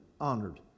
honored